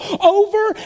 over